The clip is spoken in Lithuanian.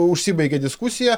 užsibaigė diskusija